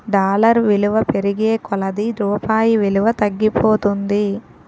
dollar విలువ పెరిగే కొలది రూపాయి విలువ తగ్గిపోతుంది